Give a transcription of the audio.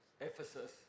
Ephesus